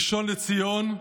ראשון לציון,